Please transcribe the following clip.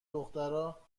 دخترا